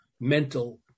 mental